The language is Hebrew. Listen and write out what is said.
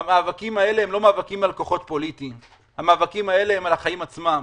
הם לא מאבקים על כוחות פוליטיים אלא הם על החיים עצמם.